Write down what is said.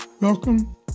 Welcome